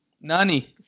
Nani